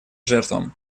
жертвам